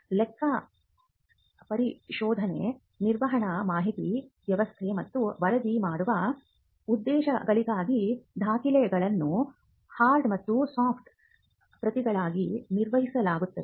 ಲೆಕ್ಕಪರಿಶೋಧನೆ ನಿರ್ವಹಣಾ ಮಾಹಿತಿ ವ್ಯವಸ್ಥೆ ಮತ್ತು ವರದಿ ಮಾಡುವ ಉದ್ದೇಶಗಳಿಗಾಗಿ ದಾಖಲೆಗಳನ್ನು ಹಾರ್ಡ್ ಮತ್ತು ಸಾಫ್ಟ್ ಪ್ರತಿಗಳಾಗಿ ನಿರ್ವಹಿಸಲಾಗುತ್ತದೆ